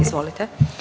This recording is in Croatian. Izvolite.